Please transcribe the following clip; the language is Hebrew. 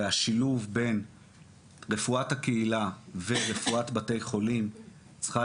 והשילוב בין רפואת הקהילה ורפואת בתי חולים צריכה